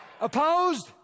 Opposed